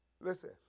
Listen